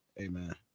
Amen